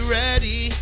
ready